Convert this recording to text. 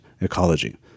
Ecology